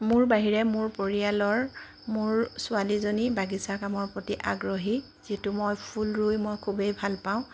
মোৰ বাহিৰে মোৰ পৰিয়ালৰ মোৰ ছোৱালীজনী বাগিছা কামৰ প্ৰতি আগ্ৰহী যিটো মই ফুল ৰুই মই খুবেই ভাল পাওঁ